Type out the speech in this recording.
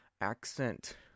accent